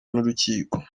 n’urukiko